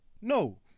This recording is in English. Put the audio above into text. No